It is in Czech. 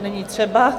Není třeba.